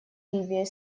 ливией